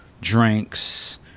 drinks